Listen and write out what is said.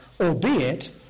albeit